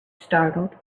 startled